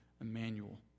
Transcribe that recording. Emmanuel